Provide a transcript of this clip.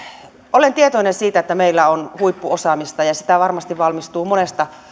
olen tietoinen siitä että meillä on huippuosaamista ja ja sitä varmasti valmistuu monesta